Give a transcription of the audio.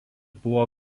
buvo